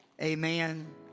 Amen